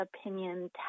opinion